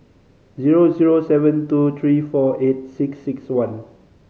zero zero seven two three four eight six six one